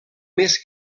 més